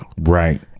right